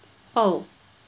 oh